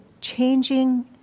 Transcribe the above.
changing